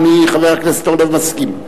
אדוני חבר הכנסת אורלב מסכים.